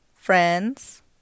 friends